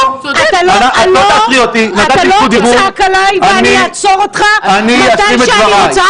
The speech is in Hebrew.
אני אעצור אותך מתי שאני רוצה.